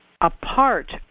apart